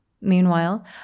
Meanwhile